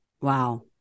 Wow